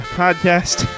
podcast